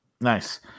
Nice